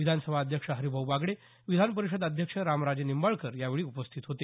विधानसभा अध्यक्ष हरिभाऊ बागडे विधान परिषद अध्यक्ष रामराजे निंबाळकर यावेळी उपस्थित होते